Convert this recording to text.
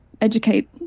educate